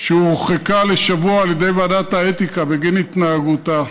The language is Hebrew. שהורחקה לשבוע על ידי ועדת האתיקה בגין התנהגותה,